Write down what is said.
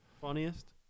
Funniest